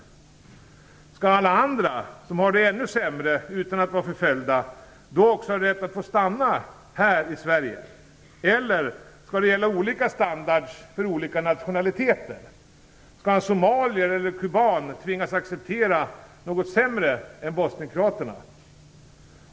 Skall alla andra som har det ännu sämre utan att vara förföljda också ha rätt att få stanna här i Sverige, eller skall det gälla olika standarder för olika nationaliteter? Skall somalier eller kubaner tvingas acceptera sämre förhållanden än bosnienkroaterna?